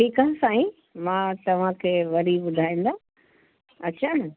ठीकु आहे साईं मां तव्हांखे वरी ॿुधाईंदव अछा